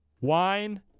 Wine